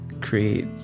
create